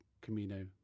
Camino